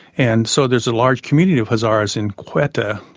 and so there's a large community of hazaras in quetta.